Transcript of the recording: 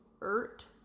Ert